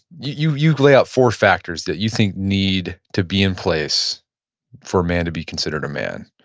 you you lay out four factors that you think need to be in place for a man to be considered a man.